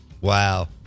Wow